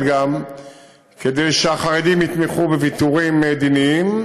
כדי שהחרדים יתמכו בוויתורים מדיניים,